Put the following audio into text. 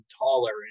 taller